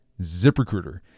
ZipRecruiter